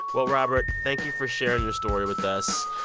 well, robert, thank you for sharing your story with us.